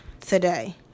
today